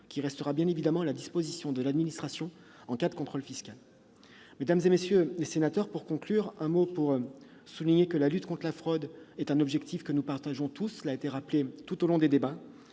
qui restera bien évidemment à la disposition de l'administration en cas de contrôle fiscal. Mesdames, messieurs les sénateurs, la lutte contre la fraude est un objectif que nous partageons tous- cela a été rappelé tout au long des débats.